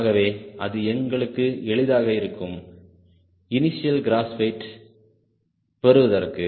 ஆகவே அது எங்களுக்கு எளிதாக இருக்கும் இனிஷியல் கிராஸ் வெயிட் பெறுவதற்கு